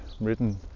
written